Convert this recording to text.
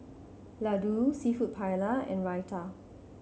Ladoo Seafood Paella and Raita